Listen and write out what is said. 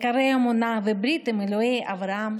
על עיקרי האמונה ועל הברית עם אלוהי אברהם,